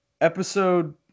Episode